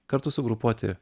kartu sugrupuoti